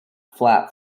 flap